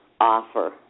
offer